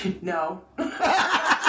No